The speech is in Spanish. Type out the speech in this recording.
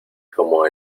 como